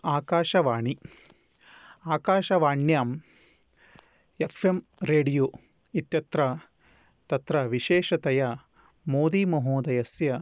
आकाशवाणी आकाशवाण्यां F M radio इत्यत्र तत्र विशेषतया मोदी महोदयस्य